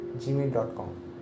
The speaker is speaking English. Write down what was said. gmail.com